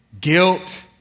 guilt